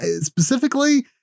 specifically